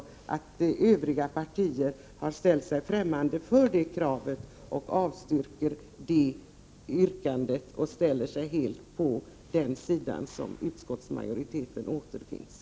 Övriga partier har ju också känt sig fträmmande för det kravet, avstyrkt yrkandet och ställt sig helt på den sida där utskottsmajoriteten återfinns.